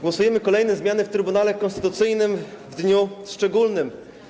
Głosujemy nad kolejnymi zmianami w Trybunale Konstytucyjnym w dniu szczególnym.